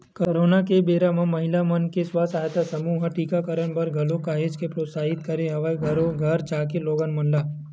corona के बेरा म महिला मन के स्व सहायता समूह ह टीकाकरन बर घलोक काहेच के प्रोत्साहित करे हवय घरो घर जाके लोगन मन ल